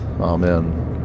amen